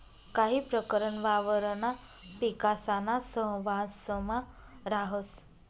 काही प्रकरण वावरणा पिकासाना सहवांसमा राहस